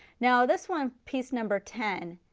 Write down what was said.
now this one, piece number ten,